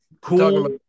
cool